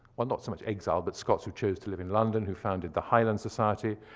well not so much exiled, but scots who chose to live in london, who founded the highland society.